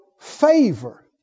favor